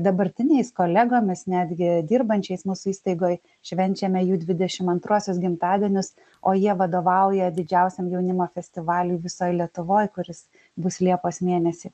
dabartiniais kolegomis netgi dirbančiais mūsų įstaigoj švenčiame jų dvidešim antruosius gimtadienius o jie vadovauja didžiausiam jaunimo festivaliui visoj lietuvoj kuris bus liepos mėnesį